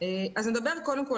מורים שאומרים,